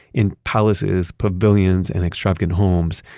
in palaces, pavilions and extravagant homes,